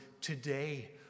today